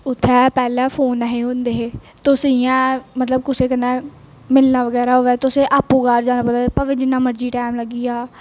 उत्थै पैहलें फोन नेई है होंदे हे तुस इयां मतलब कुसै कन्नै मिलना बगैरा होऐ ते तुसे आपू घार जाना पोंदा भावें जिन्ना मर्जी टैंम लग्गी जाए